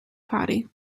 party